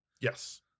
Yes